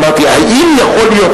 אמרתי: האם יכול להיות,